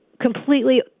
completely